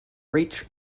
reach